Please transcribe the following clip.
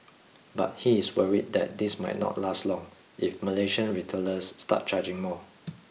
but he is worried that this might not last long if Malaysian retailers start charging more